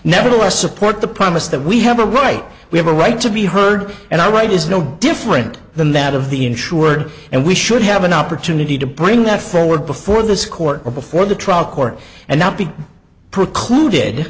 nevertheless support the promise that we have a right we have a right to be heard and are right is no different than that of the insured and we should have an opportunity to bring that forward before this court or before the trial court and not be precluded